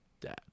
dad